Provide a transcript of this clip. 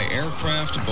aircraft